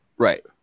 Right